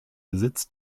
besitz